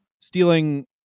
stealing